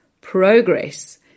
progress